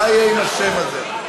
מה יהיה עם השם הזה?